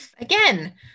again